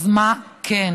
אז מה כן?